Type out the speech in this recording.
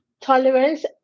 tolerance